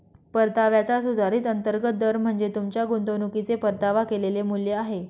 परताव्याचा सुधारित अंतर्गत दर म्हणजे तुमच्या गुंतवणुकीचे परतावा केलेले मूल्य आहे